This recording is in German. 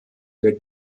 der